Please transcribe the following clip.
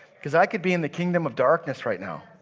cause i could be in the kingdom of darkness right now.